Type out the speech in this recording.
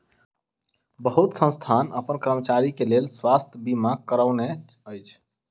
बहुत संस्थान अपन कर्मचारी के लेल स्वास्थ बीमा करौने अछि